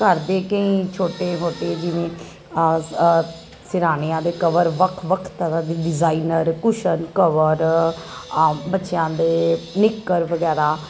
ਘਰ ਦੇ ਕਈ ਛੋਟੇ ਮੋਟੇ ਜਿਵੇਂ ਸਿਰਾਣਿਆਂ ਦੇ ਕਵਰ ਵੱਖ ਵੱਖ ਤਰਾਂ ਦੇ ਡਿਜਾਈਨਰ ਕੂਸ਼ਨ ਕਵਰ ਬੱਚਿਆਂ ਦੇ ਨਿੱਕਰ ਵਗੈਰਾ ਤੇ